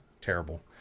terrible